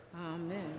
Amen